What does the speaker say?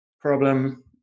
problem